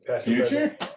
future